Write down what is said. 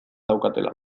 daukatela